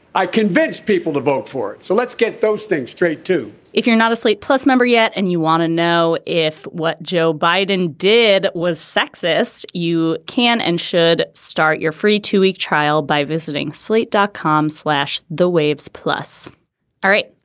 i convinced people to vote for it. so let's get those things straight if you're not a slate plus member yet and you want to know if what joe biden did was sexist you can and should start your free two week trial by visiting slate dot com slash the waves plus all right.